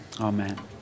amen